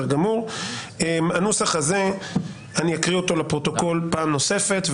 הנוסח הזה אני אקרא לפרוטוקול פעם נוספת,